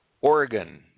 Oregon